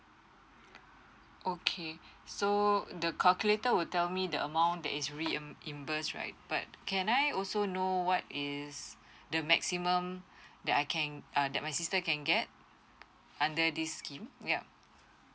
okay so the calculator will tell me the amount that is reim~ imbursed right but can I also know what is the maximum that I can err that my sister can get under this scheme yup